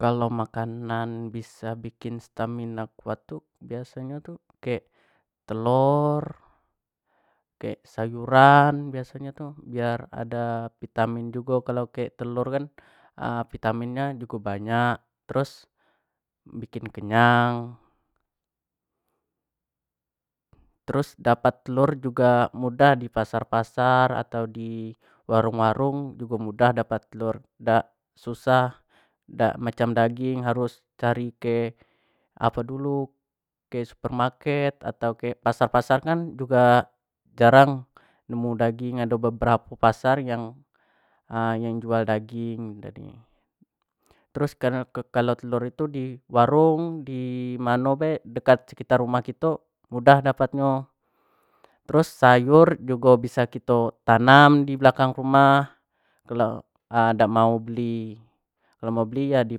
kalau makanan biso bikin stamina kuat tu biaso nyo kek telor, kek sayuran biaso nyo tu, biar ada vitamin jugo kalo kek telur kan vitamin nyo jugo banyak, terus bikin kenyang terus dapat telur jugo mudah di pasar-pasar atau di warung-warung jugo mudah dapat telur dak susah dak macam daging harus cari ke apo dulu ke supermarket, atau ke pasar-pasar kan juga jarang nemu daging ado beberapo pasar yang yang jual daging tadi, terus kareno kalo telur tu di warung di mano be dekat sekitar rumah kito mudah dapat nyo, terus sayur jugo bisa kito tanam di belakang rumah kalau dak mau beli, kalau mau beli yo di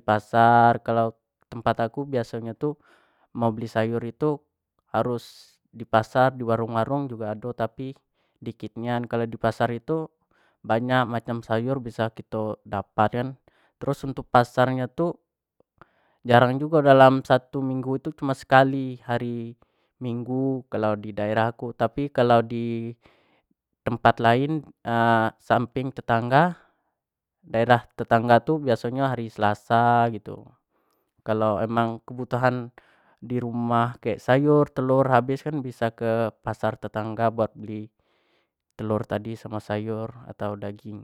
pasar, kalau tempat aku biaso tu kalau mau beli sayur tu harus di pasar di warung-warung jugo do tapi, dikit nian, kalo di pasar itu banyak macam nyo sayur, bisa kito dapat kan terus untuk pasar nyo tu jarang jugo dalam satu minggu tu cuma sekali hari minggu kalau di daerah ku, tapi kalau di tempat lain samping tetangga daerah tetangga tu biaso nyo hari selasa gitu kalau emamg kebutuhan di rumah kayak sayur, telur habis kan bisa ke pasar tetangga buat beli telur tadi samo sayur atau daging.